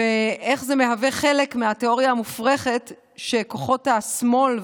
איך זה מהווה חלק מהתיאוריה המופרכת שכוחות השמאל,